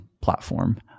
platform